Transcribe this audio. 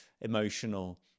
emotional